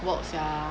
work sia